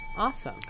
Awesome